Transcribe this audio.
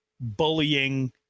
bullying